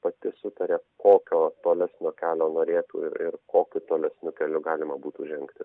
pati susitaria kokio tolesnio kelio norėtų ir ir kokiu tolesniu keliu galima būtų žengti